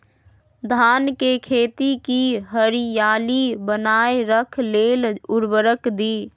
धान के खेती की हरियाली बनाय रख लेल उवर्रक दी?